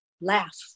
laugh